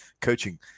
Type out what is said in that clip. coaching